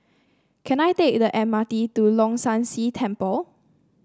can I take the M R T to Leong San See Temple